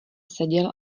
seděl